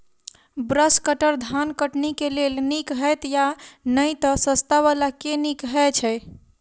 Brush cutter धान कटनी केँ लेल नीक हएत या नै तऽ सस्ता वला केँ नीक हय छै?